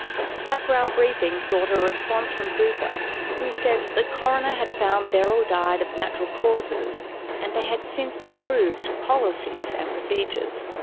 background briefing sought a response from bupa who said that the coroner had found beryl died of natural causes and they had since improved policies and procedures.